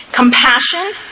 Compassion